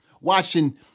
watching